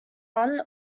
run